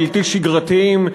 בלתי שגרתיים,